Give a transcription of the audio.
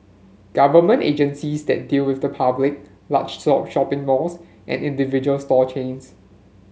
government agencies that deal with the public large shop shopping malls and individual store chains